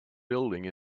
building